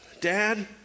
dad